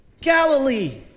Galilee